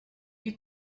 you